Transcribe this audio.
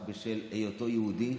רק בשל היותו יהודי.